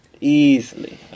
Easily